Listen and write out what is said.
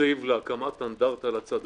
תקציב להקמת אנדרטה לחללי צד"ל.